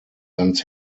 ganz